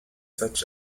such